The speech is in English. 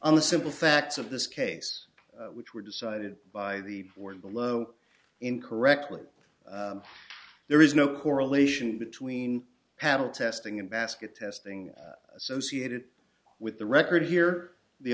on the simple facts of this case which were decided by the word below incorrectly there is no correlation between adult testing and basket testing associated with the record here the